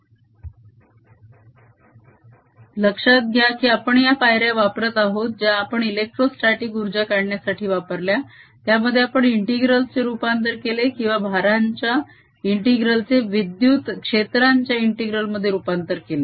A लक्षात घ्या की आपण या पायऱ्या वापरत आहोत ज्या आपण इलेक्ट्रोस्ताटीक उर्जा काढण्यासाठी वापरल्या त्यामध्ये आपण इंटीग्रल्स चे रुपांतर केले किंवा भारांच्या इंटीग्रल चे विद्युत क्षेत्रांच्या इंटीग्रल मध्ये रुपांतर केले